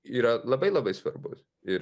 yra labai labai svarbus ir